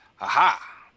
Aha